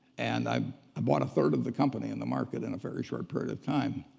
and i um bought a third of the company in the market in a very short period of time.